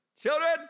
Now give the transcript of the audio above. Children